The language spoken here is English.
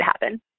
happen